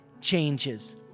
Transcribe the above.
changes